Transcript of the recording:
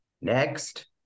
Next